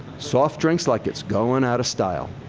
soft drinks like it's going out of style.